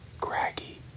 craggy